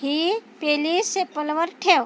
ही पेली शेपलवर ठेव